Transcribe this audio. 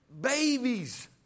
babies